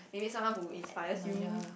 you need someone who inspires you